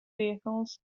vehicles